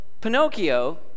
Pinocchio